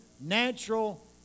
natural